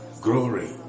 glory